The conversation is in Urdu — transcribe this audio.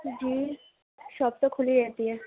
جی شاپ تو کھلی رہتی ہے